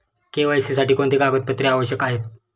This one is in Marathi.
के.वाय.सी साठी कोणती कागदपत्रे आवश्यक आहेत?